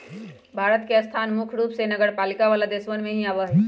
भारत के स्थान मुख्य रूप से नगरपालिका वाला देशवन में ही आवा हई